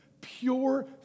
pure